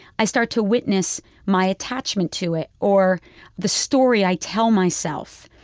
i start to witness my attachment to it or the story i tell myself.